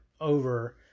over